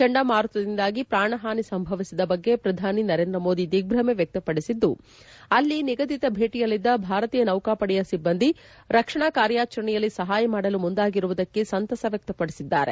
ಚಂಡಮಾರುತದಿಂದಾಗಿ ಪ್ರಾಣಹಾನಿ ಸಂಭವಿಸಿದ ಬಗ್ಗೆ ಪ್ರಧಾನಿ ನರೇಂದ್ರ ಮೋದಿ ದಿಗ್ಗುಮೆ ವ್ಯಕ್ತಪಡಿಸಿದ್ದು ಅಲ್ಲಿ ನಿಗದಿತ ಭೇಟಿಯಲ್ಲಿದ್ದ ಭಾರತೀಯ ನೌಕಾಪಡೆಯ ಸಿಬ್ಬಂದಿ ರಕ್ಷಣಾ ಕಾರ್ಯಾಚರಣೆಯಲ್ಲಿ ಸಹಾಯ ಮಾಡಲು ಮುಂದಾಗಿರುವುದಕ್ಕೆ ಸಂತಸ ವ್ಯಕ್ತಪಡಿಸಿದ್ದಾರೆ